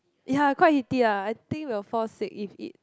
ya quite heaty ah I think will fall sick if eat